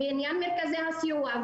בעניין מרכזי סיוע,